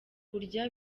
kurya